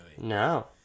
No